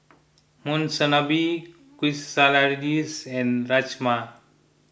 Monsunabe Quesadillas and Rajma